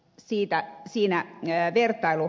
siinä siinä jäi virtailu